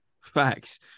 Facts